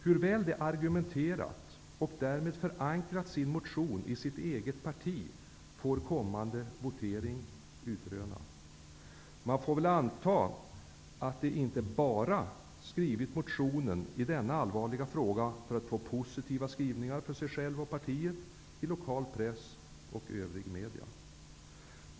Hur väl de argumenterat och därmed förankrat sina motioner i sina egna partier får kommande votering utröna. Man får väl anta att de skrivit motionerna i denna allvarliga fråga inte bara för att få positiva skrivningar för sig själv och partiet i lokal press och övriga medier.